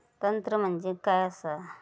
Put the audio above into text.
तंत्र म्हणजे काय असा?